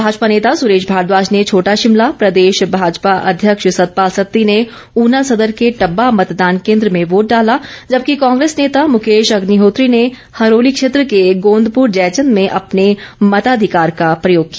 भाजपा नेता सुरेश भारद्वाज ने छोटा शिमला प्रदेश भाजपा अध्यक्ष सतपाल सत्ती ने उना सदर के टब्बा मतदान केंद्र में वोट डाला जबकि कांग्रेस नेता मुकेश अग्निहोत्री ने हरोली क्षेत्र के गोंदपुर जयचंद में अपने मताधिकार का प्रयोग किया